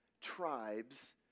tribes